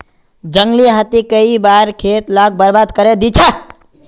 जंगली हाथी कई बार खेत लाक बर्बाद करे दे छे